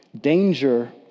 danger